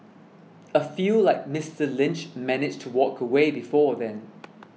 a few like Mister Lynch manage to walk away before then